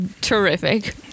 terrific